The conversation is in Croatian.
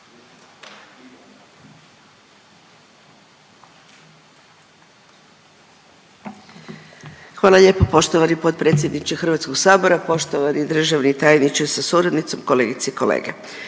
Hvala lijepo poštovani potpredsjedniče Hrvatskog sabora. Poštovani državni tajniče sa suradnicom, kolegice i kolege,